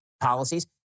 policies